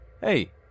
Hey